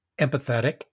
empathetic